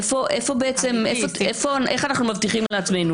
איך אנחנו מבטיחים לעצמנו,